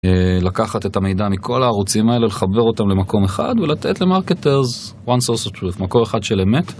לקחת את המידע מכל הערוצים האלה, לחבר אותם למקום אחד ולתת למרקטר מקום אחד של אמת.